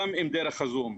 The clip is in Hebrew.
גם דרך ה-זום.